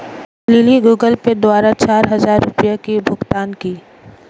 lily Google Pay द्वारा चार हजार रुपए की भुगतान की